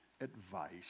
advice